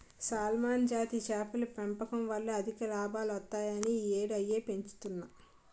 salmon జాతి చేపల పెంపకం వల్ల అధిక లాభాలొత్తాయని ఈ యేడూ అయ్యే పెంచుతన్ను